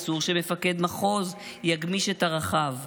אסור שמפקד מחוז יגמיש את ערכיו.